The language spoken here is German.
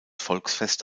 volksfest